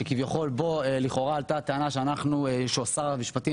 שכביכול בו לכאורה עלתה הטענה ששר המשפטים